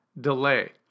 delay